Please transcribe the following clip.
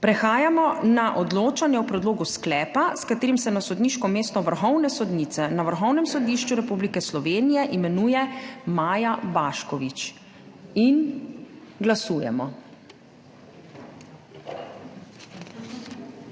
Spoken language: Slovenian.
Prehajamo na odločanje o predlogu sklepa, s katerim se na sodniško mesto vrhovne sodnice na Vrhovnem sodišču Republike Slovenije imenuje Maja Baškovič. Glasujemo.